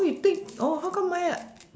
oh you take oh how come mine like